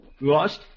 Lost